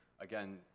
again